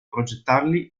progettarli